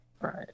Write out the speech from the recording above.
Right